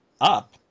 up